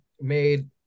made